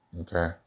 okay